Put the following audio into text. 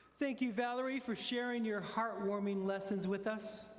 thank you, valerie for sharing your heart warming lessons with us,